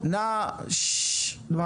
העניין של המטע והאדמות.